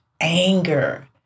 anger